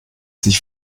sich